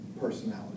personality